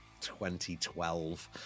2012